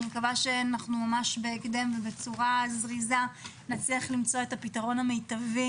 אני מקווה שבצורה זריזה נצליח למצוא פתרון מיטבי